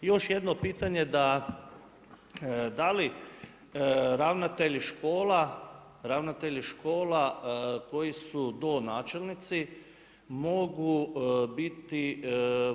Još jedno pitanje, da li ravnatelji škola, ravnatelji škola koji su donačelnici mogu biti